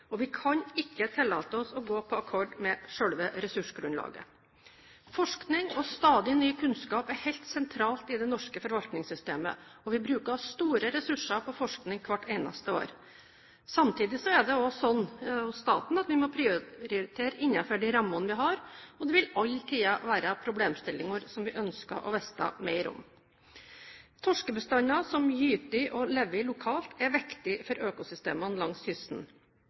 og vi kan ikke tillate oss å gå på akkord med selve ressursgrunnlaget. Forskning og stadig ny kunnskap er helt sentralt i det norske forvaltningssystemet, og vi bruker store ressurser på forskning hvert eneste år. Samtidig er det også slik i staten at vi må prioritere innenfor de rammene vi har, og det vil alltid være problemstillinger som vi ønsker å vite mer om. Torskebestander som gyter og lever lokalt, er viktig for økosystemene langs kysten.